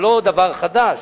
זה לא דבר חדש,